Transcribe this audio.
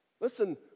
Listen